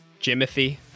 Jimothy